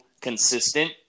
consistent